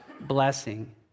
blessing